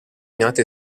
united